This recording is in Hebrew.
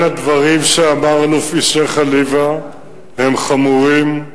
אכן הדברים שאמר חליוה הם חמורים,